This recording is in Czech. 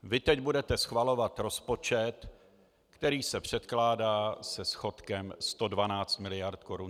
Vy teď budete schvalovat rozpočet, který se předkládá se schodkem 112 mld. korun.